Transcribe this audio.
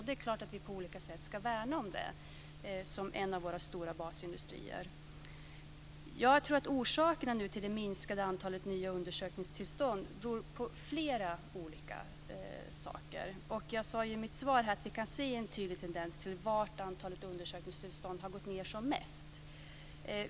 Det är klart att vi på olika sätt ska värna om den som en av våra stora basindustrier. Jag tror att det minskade antalet undersökningstillstånd har flera olika orsaker. Jag sade i mitt svar att vi kan se en tydlig tendens när det gäller var antalet undersökningstillstånd har minskat mest.